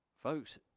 Folks